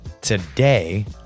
today